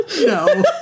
No